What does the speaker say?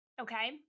okay